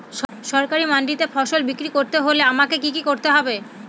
সরকারি মান্ডিতে ফসল বিক্রি করতে হলে আমাকে কি কি করতে হবে?